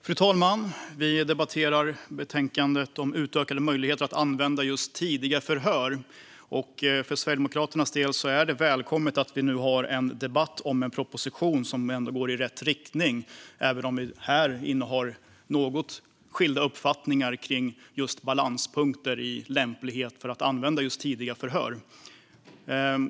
Fru talman! Vi debatterar betänkandet om utökade möjligheter att använda tidiga förhör. För Sverigedemokraternas del är det välkommet att vi nu har en debatt om en proposition som går i rätt riktning, även om vi här inne har något skilda uppfattningar om balanspunkter för lämplighet att använda just tidiga förhör.